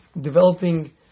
developing